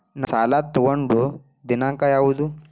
ನಾ ಸಾಲ ತಗೊಂಡು ದಿನಾಂಕ ಯಾವುದು?